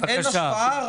אין השפעה.